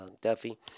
Duffy